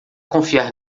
confiar